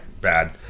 bad